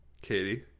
Katie